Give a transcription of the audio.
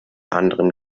anderen